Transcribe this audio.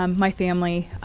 um my family,